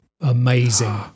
amazing